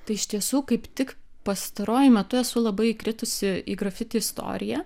tai iš tiesų kaip tik pastaruoju metu esu labai įkritusi į grafiti istoriją